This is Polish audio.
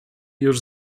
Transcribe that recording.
już